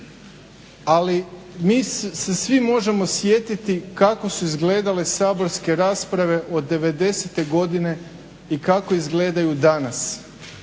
Ali mi se svi možemo sjetiti kako su izgledale saborske rasprave od 90-te godine i kako izgledaju danas